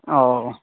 اوہ